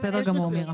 בסדר גמור מירה.